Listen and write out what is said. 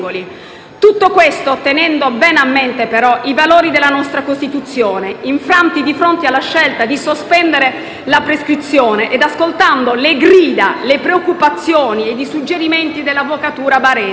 Tutto questo tenendo bene a mente, però, i valori della nostra Costituzione, infranti di fronte alla scelta di sospendere la prescrizione e ascoltando le grida, le preoccupazioni e i suggerimenti dell'avvocatura barese,